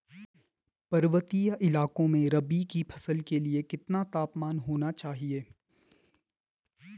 पर्वतीय इलाकों में रबी की फसल के लिए कितना तापमान होना चाहिए?